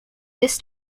this